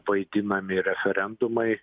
vaidinami referendumai